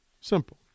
Simple